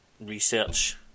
Research